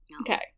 Okay